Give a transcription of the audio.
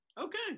Okay